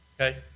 Okay